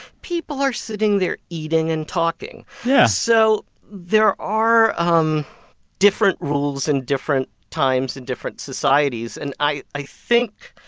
people are sitting there eating and talking yeah so there are um different rules and different times in different societies. and i i think,